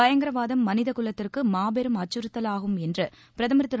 பயங்கரவாதம் மனித குலத்திற்கு மாபெரும் அச்சுறுத்தவாகும் என்று பிரதமர் திரு